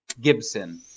Gibson